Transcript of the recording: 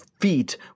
feet